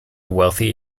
wealthy